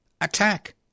attack